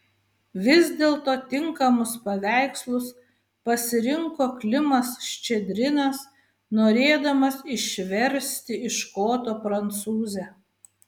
vis dėlto tinkamus paveikslus pasirinko klimas ščedrinas norėdamas išversti iš koto prancūzę